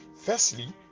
firstly